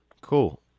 Cool